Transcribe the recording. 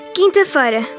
Quinta-feira